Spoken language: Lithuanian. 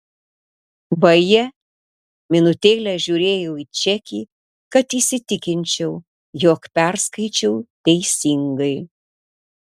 vaje minutėlę žiūrėjau į čekį kad įsitikinčiau jog perskaičiau teisingai